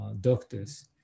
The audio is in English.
doctors